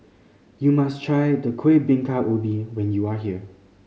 you must try the Kuih Bingka Ubi when you are here